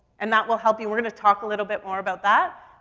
and that will help you. we're gonna talk a little bit more about that.